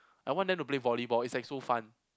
I want them to play volleyball it's like so fun